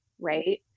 right